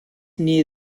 near